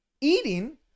eating